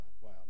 Wow